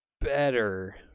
better